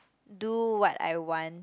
do what I want